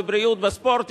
בבריאות ובספורט,